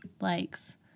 likes